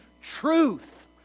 truth